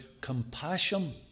compassion